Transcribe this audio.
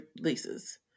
leases